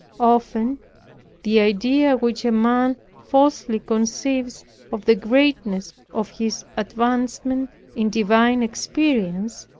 often the idea which a man falsely conceives of the greatness of his advancement in divine experience,